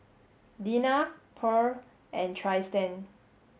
Dina Purl and Trystan